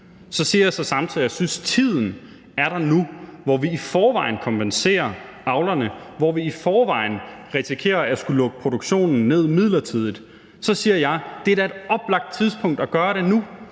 Så siger jeg så samtidig, at jeg synes, tiden er der nu, hvor vi i forvejen kompenserer avlerne, og hvor vi i forvejen risikerer at skulle lukke produktionen midlertidigt. Det er da et oplagt tidspunkt at gøre det nu.